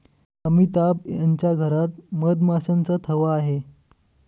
अमिताभ यांच्या घरात मधमाशांचा थवा आहे